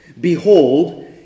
Behold